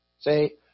Say